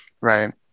Right